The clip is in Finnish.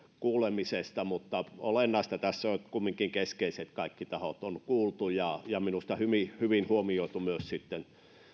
kuulemisesta mutta olennaista tässä on että kumminkin kaikki keskeiset tahot on kuultu ja ja minusta hyvin hyvin huomioitu myös sitten